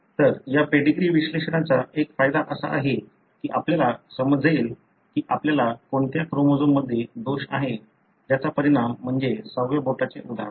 तर या पेडीग्री विश्लेषणाचा एक फायदा असा आहे की आपल्याला समजेल की आपल्याला कोणत्या क्रोमोझोम मध्ये दोष आहे ज्याचा परिणाम म्हणजे सहाव्या बोटाचे उदाहरण